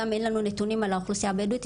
אין לנו גם נתונים על האוכלוסייה הבדואית,